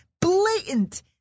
Blatant